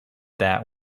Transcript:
that